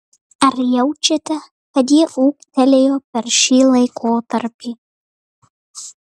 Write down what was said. ar jaučiate kad jie ūgtelėjo per šį laikotarpį